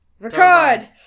Record